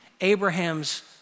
Abraham's